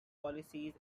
policies